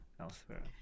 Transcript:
elsewhere